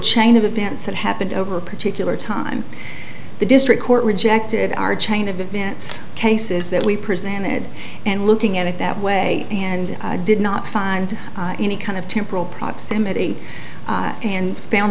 chain of events that happened over a particular time the district court rejected our chain of events cases that we presented and looking at it that way and did not find any kind of temporal proximity and found